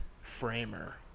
framer